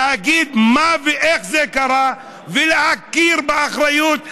להגיד מה ואיך זה קרה ולשאת באחריות הרשמית,